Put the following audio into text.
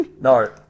No